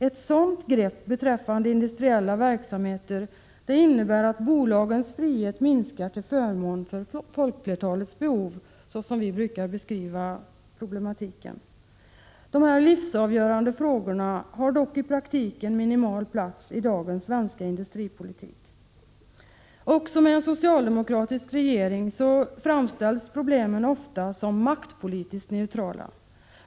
Ett sådant grepp beträffande industriella verksamheter innebär att bolagens frihet minskar till förmån för folkflertalets behov, såsom vi brukar beskriva problematiken. De här livsavgörande frågorna har dock i praktiken minimal plats i dagens svenska industripolitik. Också med en socialdemokratisk regering framställs problemen ofta som maktpolitiskt neutrala.